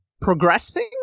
progressing